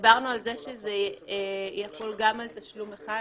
דיברנו על זה שזה יחול גם על תשלום אחד,